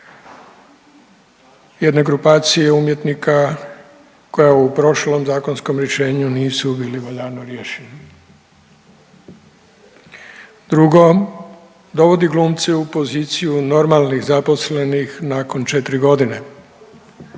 jedne grupacije umjetnika koja u prošlom zakonskom rješenju nisu bili valjano riješeni. Drugo, dovodi glumce u poziciju normalnih zaposlenih nakon 4.g.,